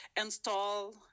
install